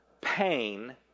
pain